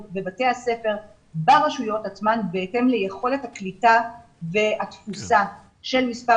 בבתי הספר ברשויות עצמן בהתאם ליכולת הקליטה והתפוסה של מספר